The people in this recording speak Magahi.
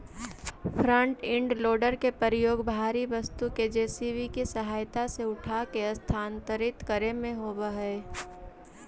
फ्रन्ट इंड लोडर के प्रयोग भारी वस्तु के जे.सी.बी के सहायता से उठाके स्थानांतरित करे में होवऽ हई